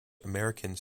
americans